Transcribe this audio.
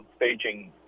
Beijing